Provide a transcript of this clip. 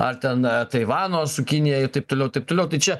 ar ten taivano su kinija ir taip toliau taip toliau tai čia